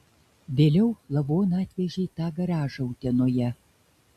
vėliau lavoną atvežė į tą garažą utenoje